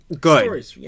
good